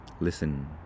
Listen